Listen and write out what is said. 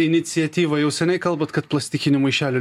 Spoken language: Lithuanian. iniciatyvą jau seniai kalbant kad plastikinių maišelių